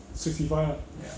sixty five lah